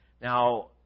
now